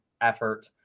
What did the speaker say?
effort